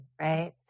right